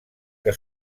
que